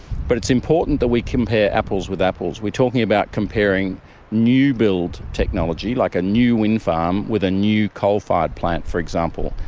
but it's important that we compare apples with apples. we are talking about comparing new-build technology, like a new wind farm, with a new coal-fired plant, for example,